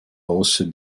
also